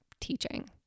teaching